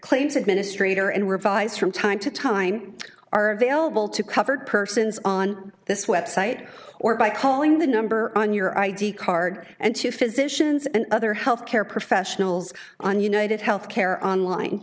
claims administrator and revised from time to time are available to covered persons on this website or by calling the number on your id card and to physicians and other health care professionals on united health care online